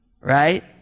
Right